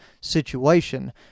situation